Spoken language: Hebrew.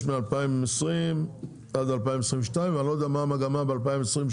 מ-2020 עד 2022 ואני לא יודע מה המגמה ב-2023.